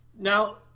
Now